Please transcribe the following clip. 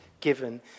given